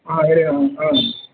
ಹಾಂ ಹೇಳಿ ಅಣ್ಣ ಹಾಂ